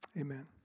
Amen